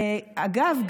אגב,